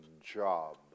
job